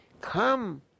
Come